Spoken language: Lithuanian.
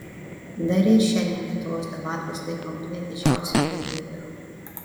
dar ir šiandien lietuvos davatkos laiko mane didžiausiu bedieviu